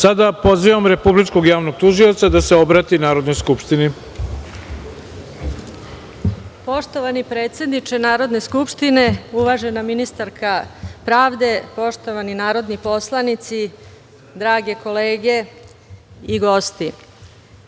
pozivam Republičkog javnog tužioca da se obrati Narodnoj skupštini. **Zagorka Dolovac** Poštovani predsedniče Narodne skupštine, uvažena ministarka pravde, poštovani narodni poslanici, drage kolege i gosti,